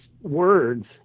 words